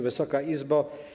Wysoka Izbo!